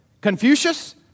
Confucius